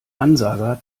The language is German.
ansager